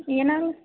ಏನಾರು